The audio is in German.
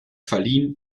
verliehen